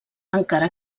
encara